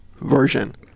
version